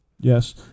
Yes